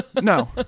no